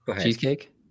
Cheesecake